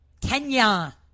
Kenya